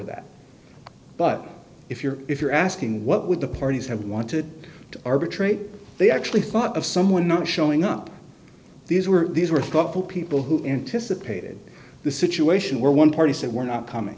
that but if you're if you're asking what would the parties have wanted to arbitrate they actually thought of someone not showing up these were these were thoughtful people who anticipated the situation where one party said we're not coming